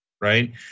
right